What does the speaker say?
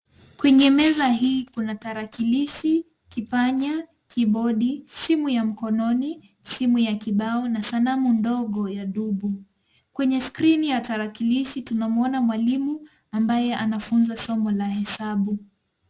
Kwenye meza hii kuna tarakilishi, kipanya, kibodi, simu ya mkononi, simu ya kibao na sanamu ndogo ya dubu. Kwenye skrini ya tarakilishi tunamwona mwalimu ambaye anafunza somo la hesabu.